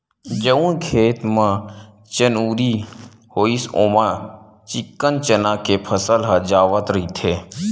जउन खेत म चनउरी होइस ओमा चिक्कन चना के फसल ह जावत रहिथे